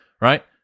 right